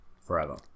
forever